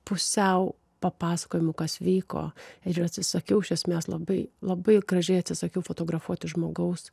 pusiau papasakoju kas vyko ir atsisakiau iš esmės labai labai gražiai atsisakiau fotografuoti žmogaus